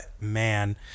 man